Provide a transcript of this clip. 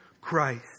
Christ